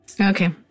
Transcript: Okay